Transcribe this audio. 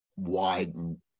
widen